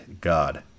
God